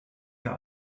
der